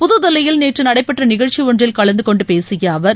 புது தில்லியில் நேற்று நடைபெற்ற நிகழ்ச்சி ஒன்றில் கலந்தகொண்டு பேசிய அவர்